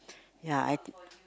ya I